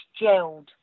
gelled